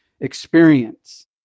experience